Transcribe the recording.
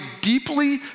deeply